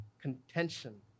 contention